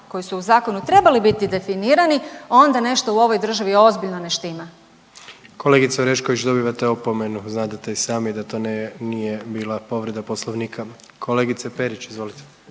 koji su u zakonu trebali biti definirani onda nešto u ovoj državi ozbiljno ne štima. **Jandroković, Gordan (HDZ)** Kolegice Orešković dobivate opomenu, znadete i sami da to ne, nije bila povreda Poslovnika. Kolegice Perić, izvolite.